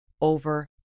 over